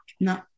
No